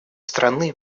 страны